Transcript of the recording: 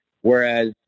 Whereas